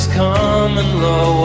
common-law